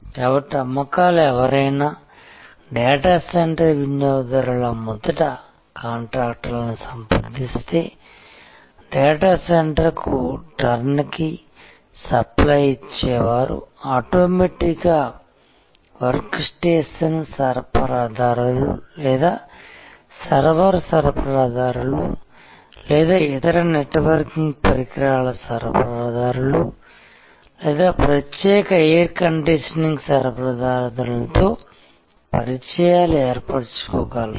కాబట్టి అమ్మకాలు ఎవరైనా డేటా సెంటర్ వినియోగదారుల మొదట కాంట్రాక్టర్ని సంప్రదిస్తే డేటా సెంటర్కు టర్న్కీ సప్లై ఇచ్చే వారు ఆటోమేటిక్గా వర్క్ స్టేషన్ సరఫరాదారులు లేదా సర్వర్ సరఫరాదారులు లేదా ఇతర నెట్వర్కింగ్ పరికరాల సరఫరాదారులు లేదా ప్రత్యేక ఎయిర్ కండిషనింగ్ సరఫరాదారులతో పరిచయాలు ఏర్పరుచుకోగలరు